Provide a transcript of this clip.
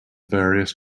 various